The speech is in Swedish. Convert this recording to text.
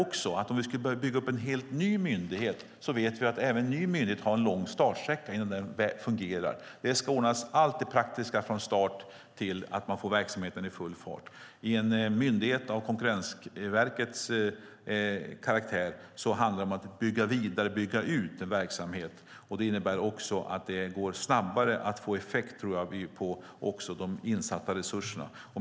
Vi vet att om vi i stället började bygga upp en helt ny myndighet skulle den behöva en lång startsträcka innan den fungerade. Allt det praktiska måste ordnas från start till att verksamheten går för fullt. I en myndighet av Konkurrensverkets karaktär handlar det om att bygga vidare och bygga ut verksamheten. På så sätt kan vi snabbare få effekt av de insatta resurserna.